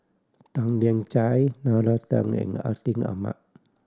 Tan Lian Chye Nalla Tan and Atin Amat